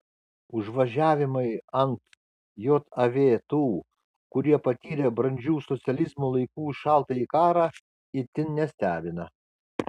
užvažiavimai ant jav tų kurie patyrė brandžių socializmo laikų šaltąjį karą itin nestebina